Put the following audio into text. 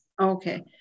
Okay